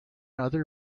other